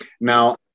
Now